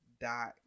dot